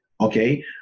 Okay